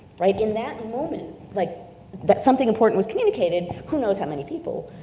right, in that moment, like that something important was communicated, who knows how many people.